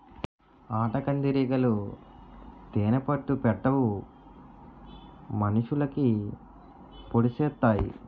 ఆటకందిరీగలు తేనే పట్టు పెట్టవు మనుషులకి పొడిసెత్తాయి